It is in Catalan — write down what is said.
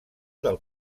del